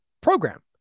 program